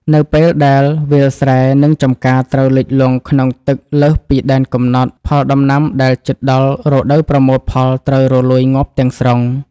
នៅពេលដែលវាលស្រែ និងចម្ការត្រូវលិចលង់ក្នុងទឹកលើសពីដែនកំណត់ ផលដំណាំដែលជិតដល់រដូវប្រមូលផលត្រូវរលួយងាប់ទាំងស្រុង។